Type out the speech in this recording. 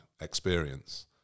experience